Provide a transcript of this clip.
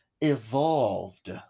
evolved